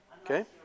Okay